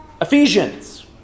Ephesians